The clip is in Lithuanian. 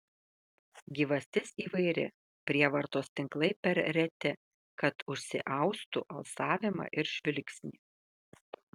gyvastis įvairi prievartos tinklai per reti kad užsiaustų alsavimą ir žvilgsnį